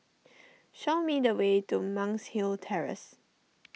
show me the way to Monk's Hill Terrace